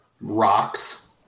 rocks